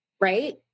Right